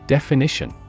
Definition